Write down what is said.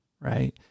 right